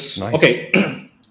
Okay